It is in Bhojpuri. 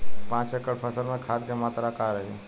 पाँच एकड़ फसल में खाद के मात्रा का रही?